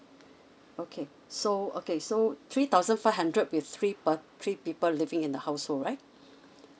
okay so okay so three thousand five hundred with three per three people living in the household right